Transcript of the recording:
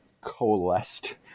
coalesced